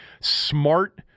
Smart